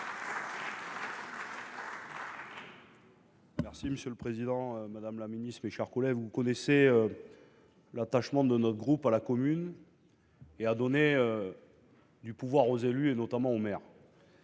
vote. Monsieur le président, madame la ministre, mes chers collègues, vous connaissez l’attachement de notre groupe à la commune et son engagement à donner du pouvoir aux élus, notamment aux maires.